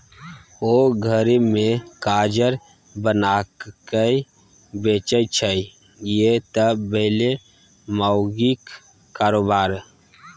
ओ घरे मे काजर बनाकए बेचय छै यैह त भेलै माउगीक कारोबार